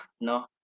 no